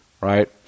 Right